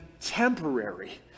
temporary